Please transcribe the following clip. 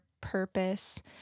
purpose